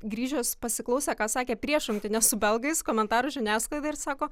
grįžęs pasiklausė ką sakė prieš rungtynes su belgais komentarus žiniasklaidai ir sako